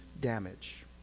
damage